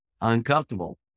uncomfortable